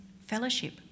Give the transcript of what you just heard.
fellowship